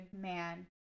man